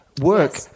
work